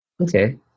Okay